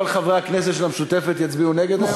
כל חברי הכנסת של המשותפת יצביעו נגד היום, אדוני?